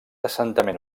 assentament